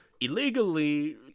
illegally